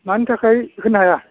मानि थाखाय होनो हाया